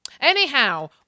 Anyhow